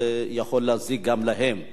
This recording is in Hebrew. זה יכול להזיק גם להם.